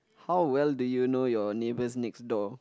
how well do you know your neighbours next door